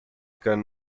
can